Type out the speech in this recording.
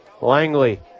Langley